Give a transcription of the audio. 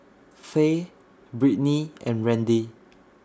Faye Brittny and Randy